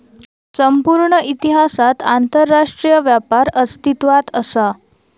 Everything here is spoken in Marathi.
संपूर्ण इतिहासात आंतरराष्ट्रीय व्यापार अस्तित्वात असा